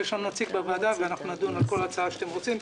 אבל יש לנו נציג בוועדה ואנחנו נדון על כל הצעה שאתם רוצים,